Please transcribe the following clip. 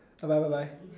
bye bye bye bye